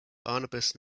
barnabas